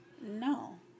No